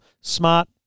smart